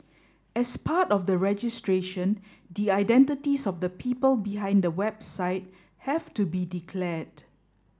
as part of the registration the identities of the people behind the website have to be declared